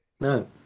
No